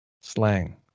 Slang